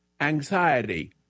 Anxiety